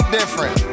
different